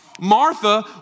Martha